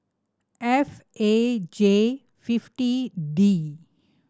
F A J fifty D